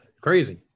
crazy